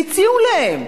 והציעו להם.